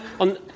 on